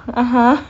(uh huh)